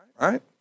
right